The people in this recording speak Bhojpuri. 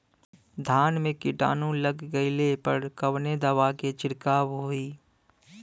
धान में कीटाणु लग गईले पर कवने दवा क छिड़काव होई?